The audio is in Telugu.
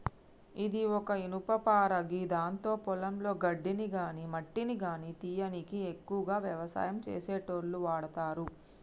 ఇది ఒక ఇనుపపార గిదాంతో పొలంలో గడ్డిని గాని మట్టిని గానీ తీయనీకి ఎక్కువగా వ్యవసాయం చేసేటోళ్లు వాడతరు